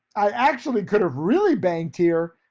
i actually could have really banked here,